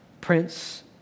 Prince